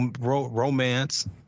romance